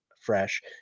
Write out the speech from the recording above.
fresh